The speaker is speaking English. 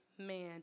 man